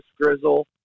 Grizzle